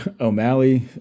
O'Malley